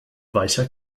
weicher